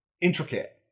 intricate